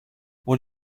what